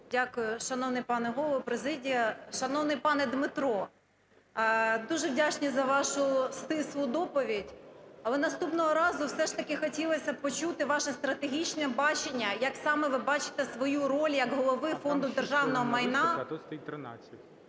Дякую. Шановний пане Голово, президія, шановний пане Дмитро, дуже вдячні за вашу стислу доповідь, але наступного разу все ж таки хотілося б почути ваше стратегічне бачення, як саме ви бачите свою роль як Голови Фонду державного майна,